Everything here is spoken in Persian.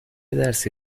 درسی